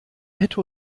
hätte